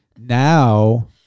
now